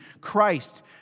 Christ